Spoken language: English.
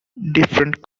different